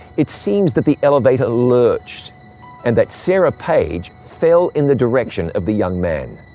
it seems that the elevator lurched and that sarah page fell in the direction of the young man.